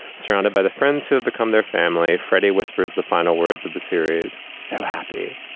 surrounded by the friends who have become their family. freddy whispers the final words of the series so happy.